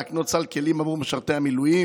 להקנות סל כלים בעבור משרתי המילואים,